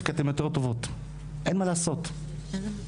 אנחנו רואות אותך, יחד איתנו, שומרת סף.